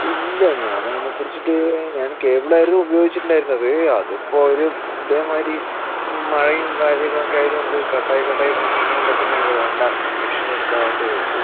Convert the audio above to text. ഇല്ല ഞാൻ അതിനെ കുറിച്ചിട്ട് ഞാൻ കേബിളായിരുന്നു ഉപയോഗിച്ചിട്ട് ഉണ്ടായിരുന്നത് അത് ഇപ്പം ഒരു ഇതേമാതിരി മഴയും കാര്യങ്ങളൊക്കെ ആയതു കൊണ്ട് കട്ട് ആയി കട്ട് ആയി പോണ കാരണം കൊണ്ട് പിന്നെ അത് വേണ്ട ഡിഷ് എടുക്കാം പറഞ്ഞിട്ട് വിളിച്ചത്